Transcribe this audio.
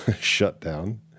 shutdown